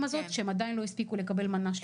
הזאת שהם עדיין לא הספיקו לקבל מנה שלישית.